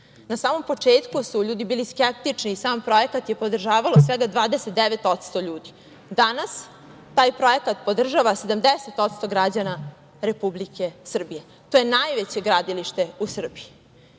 Na samom početku su ljudi bili skeptični i sam projekat je podržavalo svega 29% ljudi, a danas taj projekat podržava 70% građana Republike Srbije. To je najveće gradilište u Srbiji,